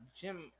Jim